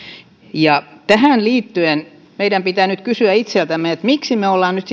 tähän liittyen meidän pitää nyt kysyä itseltämme miksi me olemme nyt